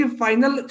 final